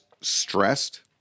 stressed